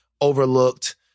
overlooked